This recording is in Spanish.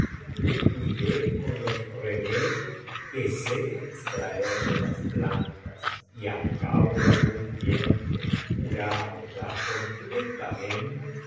y le cuidé con los remedios que sé extraer de las plantas y al cabo de algún tiem po curado ya completamente